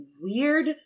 weird